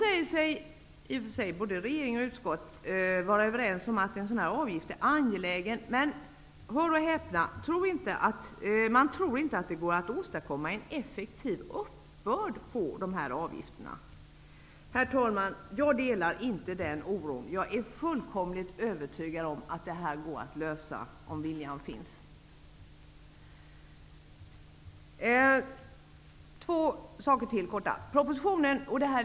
Både regeringen och utskottet säger sig i och för sig vara överens om att en sådan avgift är angelägen, men, hör och häpna, man tror inte att det går att åstadkomma en effektiv uppbörd på dessa avgifter! Herr talman, jag delar inte den oron. Jag är fullkomligt övertygad om att detta går att lösa om viljan finns. Två saker till vill jag ta upp.